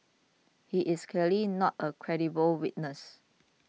he is clearly not a credible witness